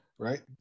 Right